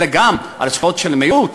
אלא גם על זכויות המיעוט,